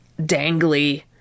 dangly